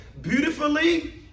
beautifully